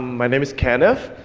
my name is kenneth,